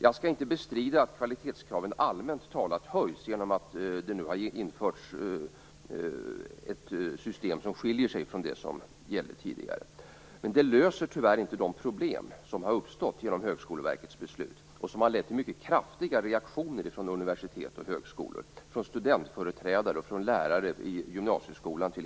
Jag skall inte bestrida att kvalitetskraven allmänt sett höjs genom att det nu har införts ett system som skiljer sig från det som gällde tidigare. Men det löser tyvärr inte de problem som har uppstått genom Högskoleverkets beslut, och som har lett till mycket kraftiga reaktioner från universitet och högskolor, studentföreträdare och t.ex. lärare i gymnasieskolan.